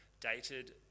dated